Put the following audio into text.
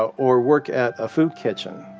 ah or work at a food kitchen.